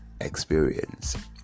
experience